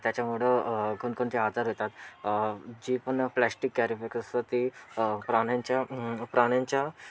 त्याच्यामुळं कोणकोणते आजार येतात जे पण प्लॅस्टिक कॅरीबॅग असतात ते प्राण्यांच्या प्राण्यांच्या